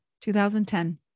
2010